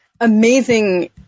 amazing